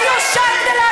והיו שם כדי,